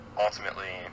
ultimately